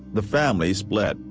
the family split,